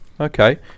Okay